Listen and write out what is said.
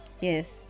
Yes